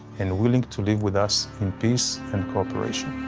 and willing to live with us in peace and cooperation.